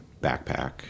backpack